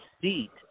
seat